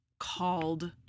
Called